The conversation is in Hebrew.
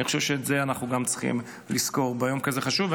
אני חושב שגם את זה אנחנו צריכים לזכור ביום כזה חשוב.